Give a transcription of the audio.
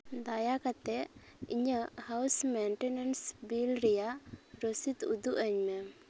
ᱫᱟᱭᱟ ᱠᱟᱛᱮ ᱤᱧᱟᱹᱜ ᱦᱟᱣᱩᱥ ᱢᱮᱱᱴᱮᱱᱥ ᱵᱤᱞ ᱨᱮᱭᱟᱜ ᱨᱚᱥᱤᱫᱽ ᱩᱫᱩᱜ ᱟᱹᱧ ᱢᱮ